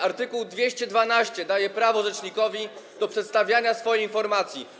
Art. 212 daje prawo rzecznikowi do przedstawiania swojej informacji.